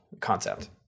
concept